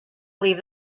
believe